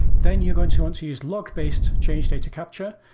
then you're going to want to use log-based change data capture,